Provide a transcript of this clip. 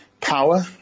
power